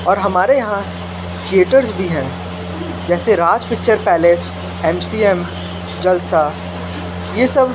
और हमारे यहाँ थिएटर्स भी हैं जैसे Raj picture palace M C M Jalsa ये सब